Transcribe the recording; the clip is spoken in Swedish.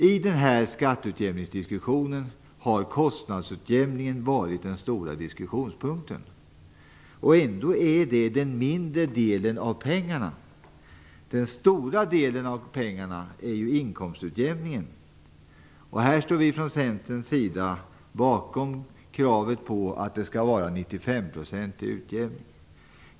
I skatteutjämningsdiskussionen har kostnadsutjämningen varit den stora diskussionspunkten. Ändå gäller den den mindre delen av pengarna. Den stora delen av pengarna gäller inkomstutjämningen. Här står vi från Centerns sida bakom kravet på att det skall vara 95 % utjämning.